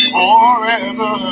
Forever